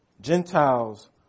Gentiles